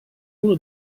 uno